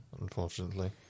unfortunately